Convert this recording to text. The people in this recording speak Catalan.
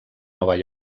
nova